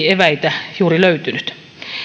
eväitä juuri löytynyt